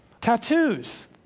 Tattoos